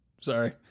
Sorry